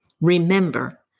Remember